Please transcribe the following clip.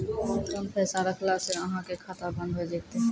कम पैसा रखला से अहाँ के खाता बंद हो जैतै?